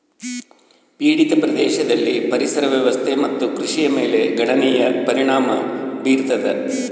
ಪೀಡಿತ ಪ್ರದೇಶದಲ್ಲಿ ಪರಿಸರ ವ್ಯವಸ್ಥೆ ಮತ್ತು ಕೃಷಿಯ ಮೇಲೆ ಗಣನೀಯ ಪರಿಣಾಮ ಬೀರತದ